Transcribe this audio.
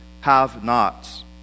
have-nots